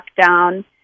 lockdown